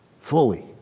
fully